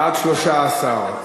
בעד, 13,